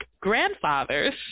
grandfathers